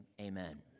Amen